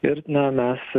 ir na mes